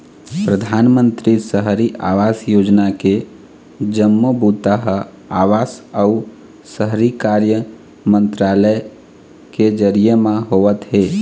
परधानमंतरी सहरी आवास योजना के जम्मो बूता ह आवास अउ शहरी कार्य मंतरालय के जरिए म होवत हे